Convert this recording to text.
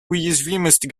уязвимость